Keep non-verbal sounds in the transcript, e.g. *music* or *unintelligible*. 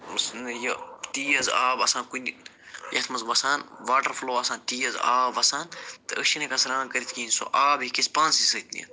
*unintelligible* یہِ تیز آب آسان کُنہِ یَتھ منٛز وَسان واٹَر فُلو آسان تیز آب وَسان تہٕ أسۍ چھِنہٕ ہٮ۪کان سرٛان کٔرِتھ کِہیٖنۍ سُہ آب ہیٚکہِ اَسہِ پانسٕے سۭتۍ نِتھ